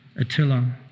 Attila